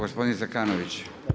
Gospodin Zekanović.